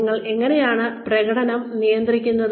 ഞങ്ങൾ എങ്ങനെയാണ് പ്രകടനം നിയന്ത്രിക്കുന്നത്